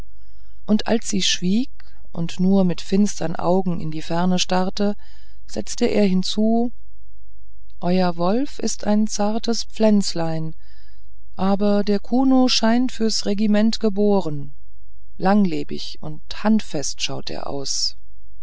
und als sie schwieg und nur mit finsteren augen in die ferne starrte setzte er hinzu euer wolf ist ein zartes pflänzlein aber der kuno scheint fürs regiment geboren langlebig und handfest schaut er aus